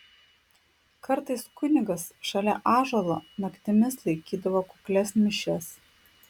kartais kunigas šalia ąžuolo naktimis laikydavo kuklias mišias